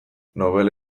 nobela